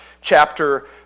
chapter